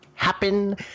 happen